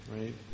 right